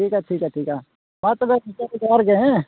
ᱴᱷᱤᱠᱼᱟ ᱴᱷᱤᱠᱼᱟ ᱴᱷᱤᱠᱼᱟ ᱢᱟ ᱛᱚᱵᱮ ᱤᱱᱠᱟᱹ ᱫᱚ ᱡᱚᱦᱟᱨ ᱜᱮ ᱦᱮᱸ